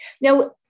Now